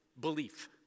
belief